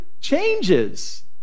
changes